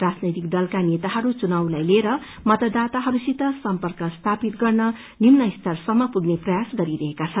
राजनैतिक दलका नेताहरू चुनावलाई लिएर मतदाताहरूसित सम्पंक स्थापित गर्न निम्न सतर सम्प पुग्ने प्रयास गरी रहेका छन्